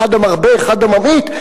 אחד המרבה ואחד הממעיט.